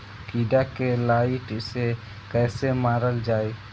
कीड़ा के लाइट से कैसे मारल जाई?